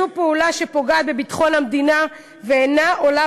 זו פעולה שפוגעת בביטחון המדינה ואינה עולה